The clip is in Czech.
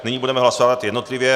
Nyní budeme hlasovat jednotlivě.